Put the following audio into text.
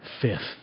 Fifth